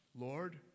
Lord